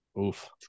Oof